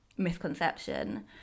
misconception